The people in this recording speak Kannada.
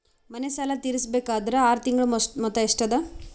ಮನೆ ಸಾಲ ತೀರಸಬೇಕಾದರ್ ಆರ ತಿಂಗಳ ಮೊತ್ತ ಎಷ್ಟ ಅದ?